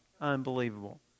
Unbelievable